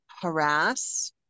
harass